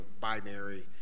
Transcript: binary